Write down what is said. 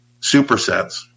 supersets